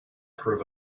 prove